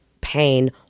pain